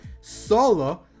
solo